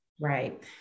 Right